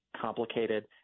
complicated